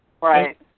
Right